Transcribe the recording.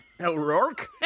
O'Rourke